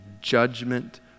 judgment